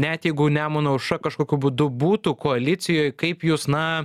net jeigu nemuno aušra kažkokiu būdu būtų koalicijoj kaip jūs na